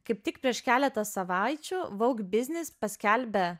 kaip tik prieš keletą savaičių vogue biznis paskelbė